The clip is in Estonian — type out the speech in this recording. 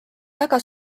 väga